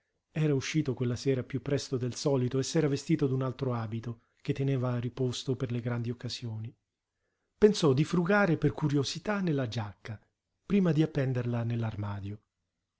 era uscito quella sera piú presto del solito e s'era vestito d'un altro abito che teneva riposto per le grandi occasioni pensò di frugare per curiosità nella giacca prima di appenderla